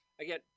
Again